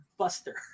Buster